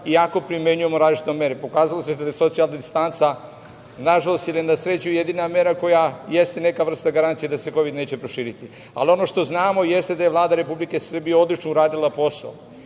iako primenjujemo različite mere. Pokazalo se da je socijalna distanca nažalost ili na sreću jedina mera koja jeste neka vrsta garancije da se Kovid neće proširiti. Ono što znamo jeste da je Vlada Republike Srbije odlično uradila posao,